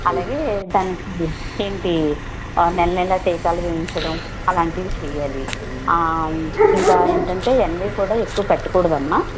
అలాగే దానికి ఇంకేంటి నెల నెలా టీకాలు వేయించడం అలాంటివి చెయ్యాలి ఇంకా ఏంటంటే ఎన్వి కూడా ఎక్కువ పెట్టకూడదమ్మా